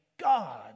God